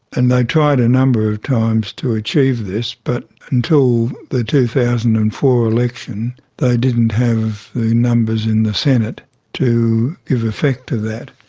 and they tried a number of times to achieve this but until the two thousand and four election they didn't have the numbers in the senate to give effect to that.